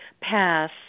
pass